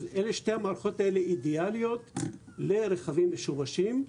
ושתי המערכות האלה אידיאליות לרכבים משומשים,